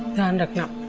and